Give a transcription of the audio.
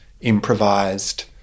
improvised